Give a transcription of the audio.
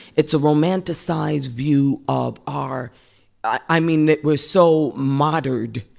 it's a romanticized view of our i mean, it was so moddered.